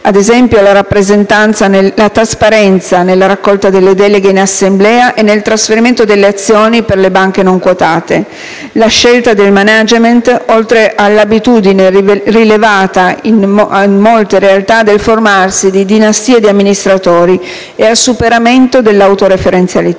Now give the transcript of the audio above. ad esempio la trasparenza nella raccolta delle deleghe in assemblea e nel trasferimento delle azioni per le banche non quotate, la scelta del *management* oltre all'abitudine - rilevata in alcune realtà - del formarsi di dinastie di amministratori e al superamento dell'autoreferenzialità.